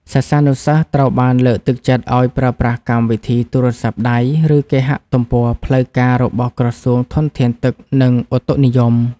សិស្សានុសិស្សត្រូវបានលើកទឹកចិត្តឱ្យប្រើប្រាស់កម្មវិធីទូរស័ព្ទដៃ ឬគេហទំព័រផ្លូវការរបស់ក្រសួងធនធានទឹក និងឧតុនិយម។